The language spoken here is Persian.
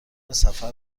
سفر